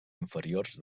inferiors